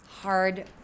hard